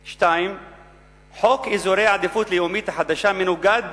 2. חוק אזורי עדיפות לאומית החדש מנוגד